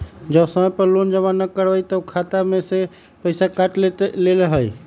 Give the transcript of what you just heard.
जब समय पर लोन जमा न करवई तब खाता में से पईसा काट लेहई?